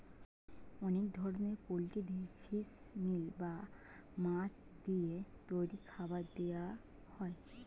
অনেক ধরনের পোল্ট্রিদের ফিশ মিল বা মাছ দিয়ে তৈরি খাবার দেওয়া হয়